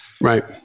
Right